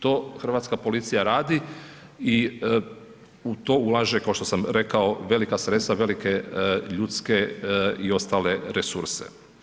To hrvatska policija radi i u to ulaže, kao što sam rekao, velika sredstva, velike ljudske i ostale resurse.